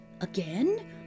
again